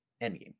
Endgame